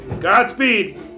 Godspeed